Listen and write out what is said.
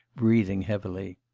breathing heavily.